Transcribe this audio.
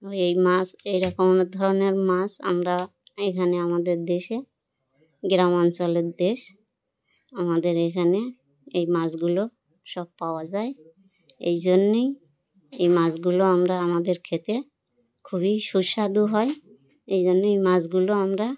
ও এই মাছ এই রকম ধরনের মাছ আমরা এইখানে আমাদের দেশে গ্রাম অঞ্চলের দেশ আমাদের এইখানে এই মাছগুলো সব পাওয়া যায় এই জন্যেই এই মাছগুলো আমরা আমাদের খেতে খুবই সুস্বাদু হয় এই জন্যে এই মাছগুলো আমরা